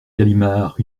galimard